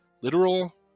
literal